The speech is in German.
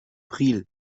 priel